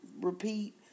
repeat